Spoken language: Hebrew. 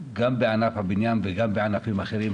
גם בענף הבניין וגם בענפים אחרים,